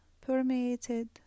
permeated